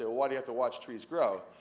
ah why do you have to watch trees grow?